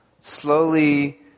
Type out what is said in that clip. slowly